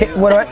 what? what?